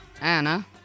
Anna